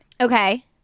Okay